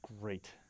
Great